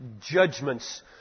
judgments